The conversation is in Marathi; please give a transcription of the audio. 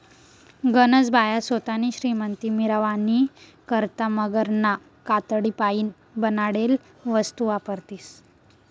गनज बाया सोतानी श्रीमंती मिरावानी करता मगरना कातडीपाईन बनाडेल वस्तू वापरतीस